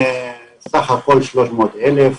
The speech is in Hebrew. סך הכול 300,000,